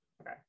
Okay